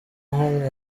hamwe